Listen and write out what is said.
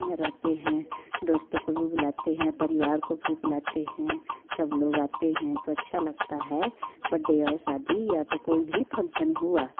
रहते हैं दोस्तों को भी बुलाते हैं परिवार को भी बुलाते हैं सब लोग आते हैं तो अच्छा लगता है बड्डे या ओ शादी या तो कोई भी फंक्सन हुआ